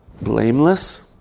blameless